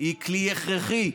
היא כלי הכרחי,